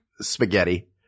spaghetti